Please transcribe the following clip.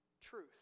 truth